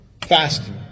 fasting